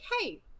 hey